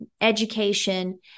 education